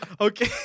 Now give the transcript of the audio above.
Okay